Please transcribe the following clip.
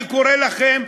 אני קורא לכם,